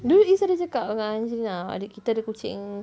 dulu izz ada cakap dengan angelina ada kita ada kucing